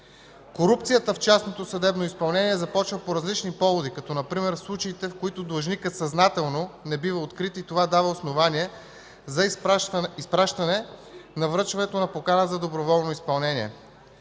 Корупцията в частното съдебно изпълнение започва по различни поводи, като например случаите, в които длъжникът съзнателно не бива открит и това дава основание за изпращане на връчването на покана за доброволно изпълнение.